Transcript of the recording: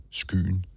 skyen